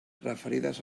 referides